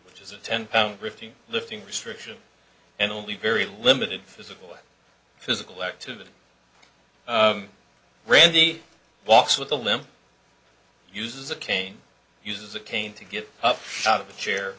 which is a ten pound rifty lifting restriction and only very limited physical physical activity randy walks with a limp uses a cane uses a cane to get out of the chair